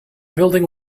building